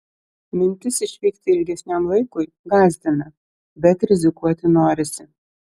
mintis išvykti ilgesniam laikui gąsdina bet rizikuoti norisi